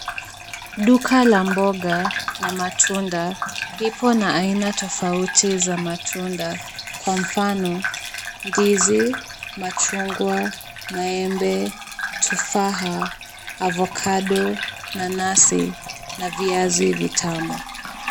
Duka la mboga na matunda ipo na aina tofauti za matunda, kwa mfano; ndizi, machungwa, maembe, tufaha, avokado , nanasi, na viazi vitamu.